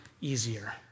easier